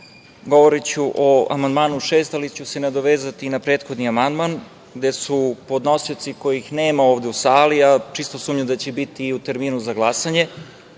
govoriću o amandmanu 6, ali ću se nadovezati i na prethodni amandman, gde su podnosioci kojih nema ovde u sali, a čisto sumnjam da će biti u terminu za glasanje,